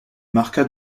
marqua